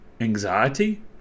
Anxiety